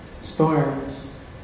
storms